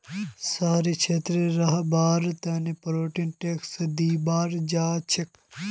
शहरी क्षेत्रत रहबार तने प्रॉपर्टी टैक्स दिबा हछेक